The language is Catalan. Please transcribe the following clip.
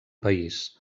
país